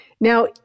Now